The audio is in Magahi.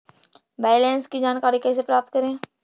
बैलेंस की जानकारी कैसे प्राप्त करे?